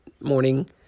morning